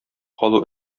калу